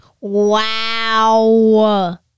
Wow